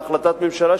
הבאנו להחלטת ממשלה,